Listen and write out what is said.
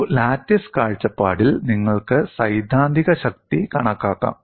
ഒരു ലാറ്റിസ് കാഴ്ചപ്പാടിൽ നിങ്ങൾക്ക് സൈദ്ധാന്തിക ശക്തി കണക്കാക്കാം